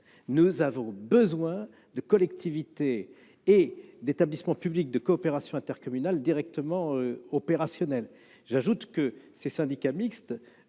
nous avons besoin de collectivités et d'établissements publics de coopération intercommunale directement opérationnels. J'ajoute que ces syndicats mixtes,